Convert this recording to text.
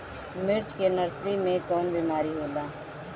मिर्च के नर्सरी मे कवन बीमारी होला?